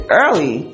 early